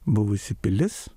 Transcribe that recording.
buvusi pilis